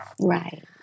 Right